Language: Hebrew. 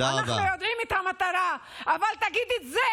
אנחנו יודעים מה המטרה, אבל תגיד את זה